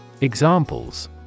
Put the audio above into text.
Examples